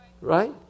Right